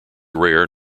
rare